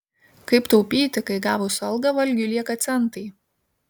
kaip taupyti kai gavus algą valgiui lieka centai